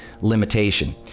limitation